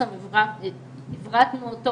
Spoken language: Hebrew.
ולא סתם עברתנו אותו,